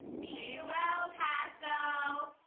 be well paso!